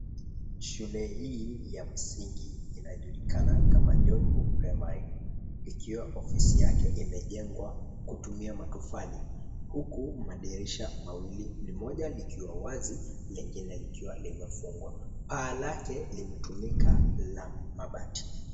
Shule hii ya msingi inajulikana kama, Jomvu Primary, ikiwa ofisi yake imejengwa kutumia matofali huku madirisha mawili, limoja likiwa wazi, lingine likiwa limefungwa. Paa lake limetumika la mabati.